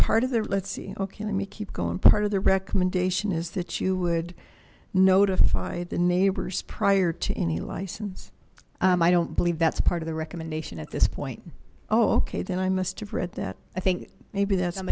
part of there let's see okay let me keep going part of the recommendation is that you would notify the neighbors prior to any license i don't believe that's part of the recommendation at this point oh okay then i must have read that i think maybe that's